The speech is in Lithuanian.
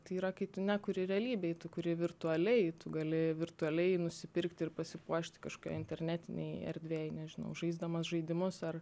tai yra kai tu nekuri realybėj tu kuri virtualiai tu gali virtualiai nusipirkt ir pasipuošt kažką internetinėj erdvėj nežinau žaisdamas žaidimus ar